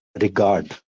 regard